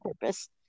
purpose